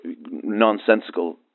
nonsensical